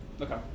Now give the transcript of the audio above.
Okay